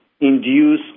induce